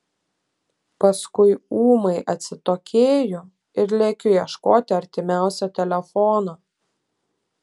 paskui ūmai atsitokėju ir lekiu ieškoti artimiausio telefono